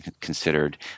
considered